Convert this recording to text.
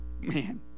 Man